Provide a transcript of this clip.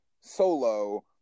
Solo